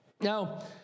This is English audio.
Now